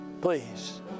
Please